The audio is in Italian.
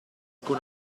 con